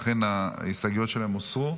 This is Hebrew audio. לכן ההסתייגויות שלהם הוסרו.